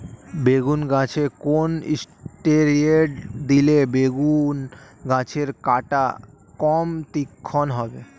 বেগুন গাছে কোন ষ্টেরয়েড দিলে বেগু গাছের কাঁটা কম তীক্ষ্ন হবে?